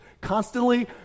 constantly